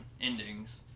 endings